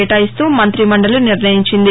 కేటాయిన్తూ మంగ్రిమండలి నిర్ణయించింది